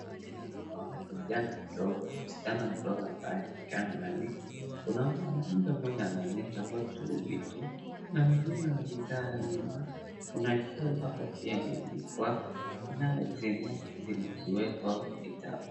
Ninaona msichana mdogo ambaye amekaa mahali, kuna mwanaume mmoja anaonyesha watu vitu na wengine wakikaa nyuma, kuna shelf hapo pia imeandikwa na zikiwekwa vitabu.